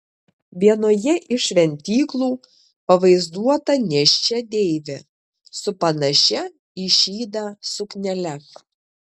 vienoje iš šventyklų pavaizduota nėščia deivė su panašia į šydą suknele